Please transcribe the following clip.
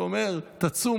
ואומר: תצום,